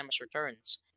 Returns